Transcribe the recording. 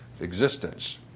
existence